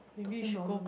talking normally